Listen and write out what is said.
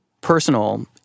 personal